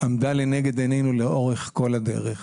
עמדה לנגד עינינו לאורך כל הדרך.